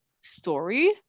story